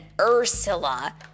Ursula